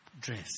dress